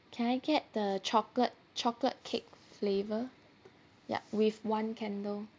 can I get the chocolate chocolate cake flavor yup with one candle